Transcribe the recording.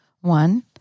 One